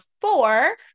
four